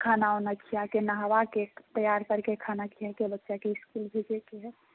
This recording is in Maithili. खाना वाना खिया के नहवाके तैयार करके खाना खियाके बच्चा के इसकुल भेजै के है